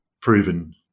proven